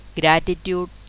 gratitude